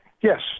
Yes